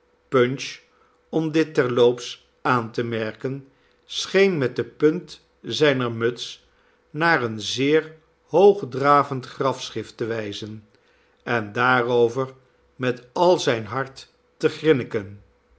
punch om dit terloops aan te merken scheen met de punt zijner muts naar een zeer hoogdravend grafschrift te wijzen en daarover met al zijn hart te grinniken